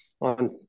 on